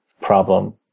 problem